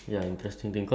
ya